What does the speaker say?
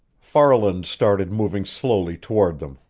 farland started moving slowly toward them,